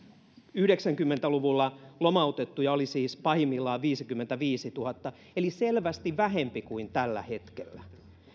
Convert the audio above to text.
yhdeksänkymmentä luvulla lomautettuja oli siis pahimmillaan viisikymmentäviisituhatta eli selvästi vähempi kuin tällä hetkellä